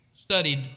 studied